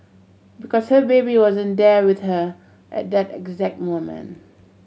because her baby wasn't there with her at that exact moment